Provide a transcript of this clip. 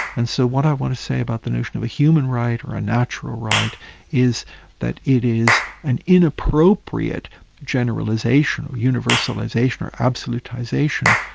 and so what i want to say about the notion of a human right or a natural right is that it is an inappropriate generalisation, universalisation, an absolutisation,